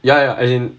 ya ya as in